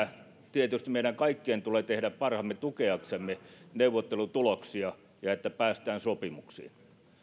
tietysti meidän kaikkien tulee tehdä parhaamme tukeaksemme neuvottelutuloksia ja sitä että päästään sopimuksiin